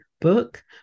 book